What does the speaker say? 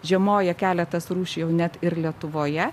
žiemoja keletas rūšių jau net ir lietuvoje